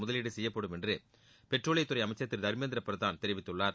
முதலீடு செய்யப்படும் என்று பெட்ரோலியத்துறை அமைச்சர் திரு தர்மேந்திர பிரதான் தெரிவித்துள்ளார்